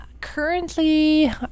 Currently